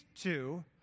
two